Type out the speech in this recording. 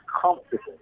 comfortable